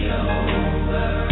over